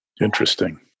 Interesting